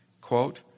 Quote